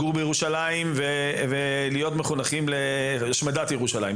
הם לא צריכים לגור בירושלים ולהיות מחונכים להשמדת ירושלים,